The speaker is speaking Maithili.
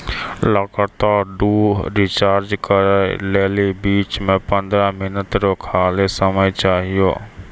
लगातार दु रिचार्ज करै लेली बीच मे पंद्रह मिनट रो खाली समय चाहियो